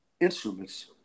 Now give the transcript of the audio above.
instruments